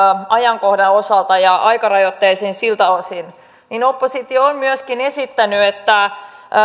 ajankohdan osalta ja aikarajoitteisiin siltä osin oppositio on myöskin esittänyt että